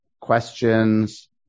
questions